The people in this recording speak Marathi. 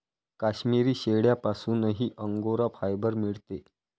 काश्मिरी शेळ्यांपासूनही अंगोरा फायबर मिळते